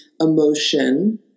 emotion